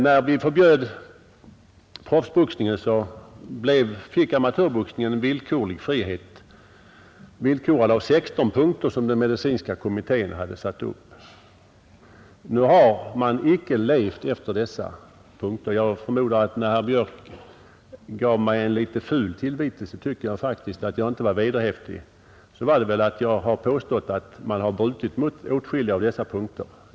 När vi förbjöd proffsboxningen fick amatörboxningen en villkorlig frihet, villkorad av 16 punkter, som den medicinska kommittén hade satt upp. Nu har man icke levt efter dessa punkter. Jag förmodar att herr Björk, när han gav mig en litet ful tillvitelse — det tycker jag faktiskt — att jag inte var vederhäftig, avsåg att jag har påstått att man har brutit mot åtskilliga av dessa punkter.